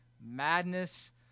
Madness